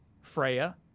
Freya